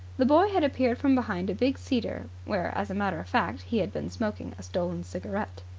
the boy had appeared from behind a big cedar, where, as a matter of fact, he had been smoking a stolen cigarette.